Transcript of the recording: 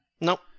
Nope